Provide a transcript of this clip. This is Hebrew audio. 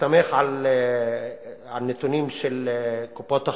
שהסתמך על נתונים של קופות-החולים.